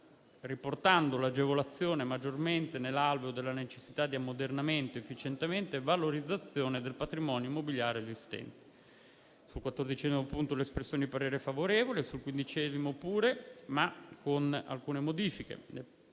«riportando l'agevolazione maggiormente nell'alveo della necessità di ammodernamento, efficientamento e valorizzazione del patrimonio immobiliare esistente,». Sul quattordicesimo impegno il parere è favorevole, così come sul quindicesimo, ma con le seguenti modifiche: